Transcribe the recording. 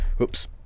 Oops